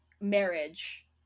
marriage